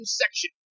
section